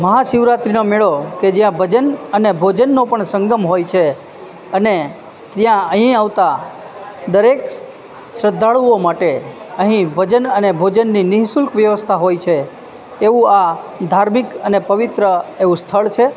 મહા શિવરાત્રિનો મેળો કે જ્યાં ભજન અને ભોજનનો પણ સંગમ હોય છે અને અહીં આવતા દરેક શ્રદ્ધાળુઓ માટે અહીં ભજન અને ભોજનની નિઃશુલ્ક વ્યવસ્થા હોય છે એવું આ ધાર્મિક અને પવિત્ર એવું સ્થળ છે